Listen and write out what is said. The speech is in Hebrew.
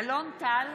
אלון טל,